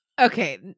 Okay